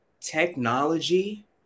Technology